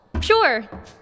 Sure